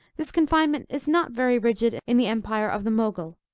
this confinement is not very rigid in the empire of the mogul.